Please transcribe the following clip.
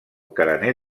carener